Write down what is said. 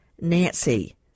nancy